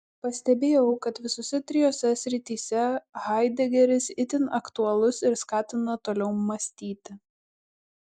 pastebėjau kad visose trijose srityse haidegeris itin aktualus ir skatina toliau mąstyti